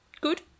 good